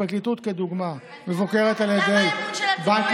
לפי בקשה שלי וקודם כול לפי הנחיה של נשיאת